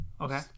Okay